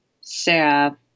Sarah